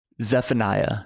Zephaniah